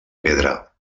pedra